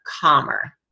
calmer